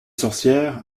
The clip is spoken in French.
sorcières